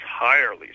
entirely